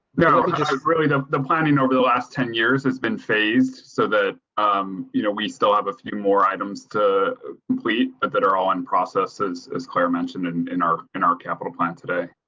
no, just really the the planning over the last ten years has been phased so that um you know we still have a few more items to complete but that are all in processes as claire mentioned and in our in our capital plan today.